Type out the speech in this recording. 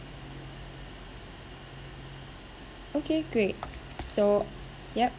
okay great so yup